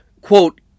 quote